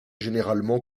généralement